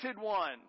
one